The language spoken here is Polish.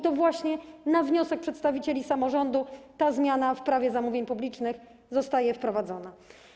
To właśnie na wniosek przedstawicieli samorządu ta zmiana w Prawie zamówień publicznych zostaje wprowadzona.